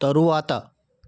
తరువాత